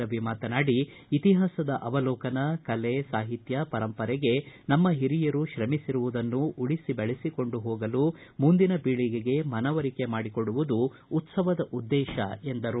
ರವಿ ಮಾತನಾಡಿ ಇತಿಹಾಸದ ಅವಲೋಕನ ಕಲೆ ಸಾಹಿತ್ಯ ಪರಂಪರೆಗೆ ನಮ್ಮ ಹಿರಿಯರು ಶ್ರಮಿಸಿರುವುದನ್ನು ಉಳಿಸಿ ಬೆಳೆಸಿಕೊಂಡು ಹೋಗಲು ಮುಂದಿನ ಪೀಳಿಗೆಗೆ ಮನವರಿಕೆ ಮಾಡಿಕೊಡುವುದು ಉತ್ಸವದ ಉದ್ದೇಶ ಎಂದರು